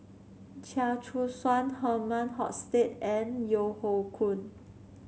Chia Choo Suan Herman Hochstadt and Yeo Hoe Koon